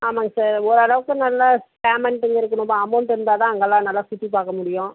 ஆமாம்ங்க சார் ஓரளவுக்கு நல்லா பேமெண்ட் அமௌண்ட் இருந்தால் தான் அங்கேலாம் நல்லா சுற்றி பார்க்க முடியும்